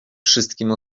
wszystkim